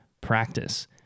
practice